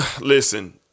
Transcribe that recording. listen